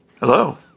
Hello